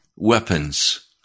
weapons